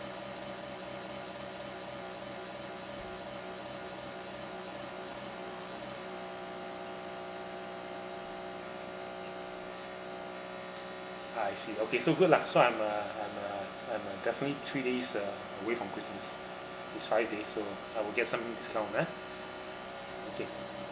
ah I see okay so good lah so I'm uh I'm uh I'm uh definitely three days uh away from christmas it's friday so I will get some discount ah okay